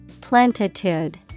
Plentitude